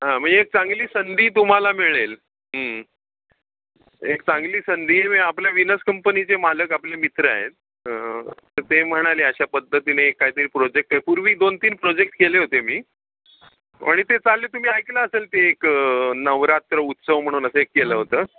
हां मग एक चांगली संधी तुम्हाला मिळेल एक चांगली संधी मी आपल्या विनस कंपनीचे मालक आपले मित्र आहेत तर ते म्हणाले अशा पद्धतीने एक कायतरी प्रोजेक्टए पूर्वी दोन तीन प्रोजेक्ट केले होते मी आणि ते चालले तुम्ही ऐकलं असेल ते एक नवरात्र उत्सव म्हणून असं एक केलं होतं